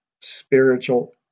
spiritual